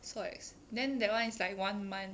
so ex then that [one] is like one month